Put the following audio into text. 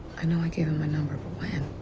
i know i gave him my number, but when?